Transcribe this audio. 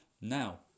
Now